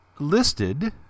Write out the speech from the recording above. listed